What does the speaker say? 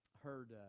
heard